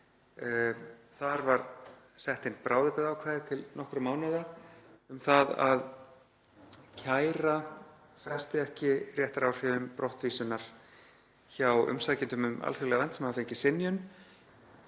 Þar var sett inn bráðabirgðaákvæði til nokkurra mánaða um það að kæra fresti ekki réttaráhrifum brottvísunar hjá umsækjendum um alþjóðlega vernd sem hafa fengið synjun